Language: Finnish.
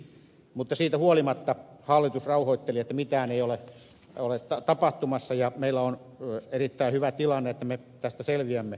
mutta siitä huolimatta hallitus rauhoitteli että mitään ei ole tapahtumassa ja meillä on erittäin hyvä tilanne että me tästä selviämme